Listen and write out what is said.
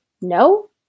no